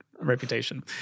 reputation